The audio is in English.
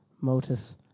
Motus